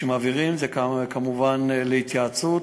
כשמעבירים זה כמובן להתייעצות,